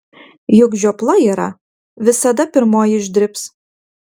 juk žiopla yra visada pirmoji išdribs